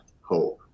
hope